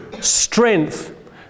strength